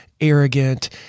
arrogant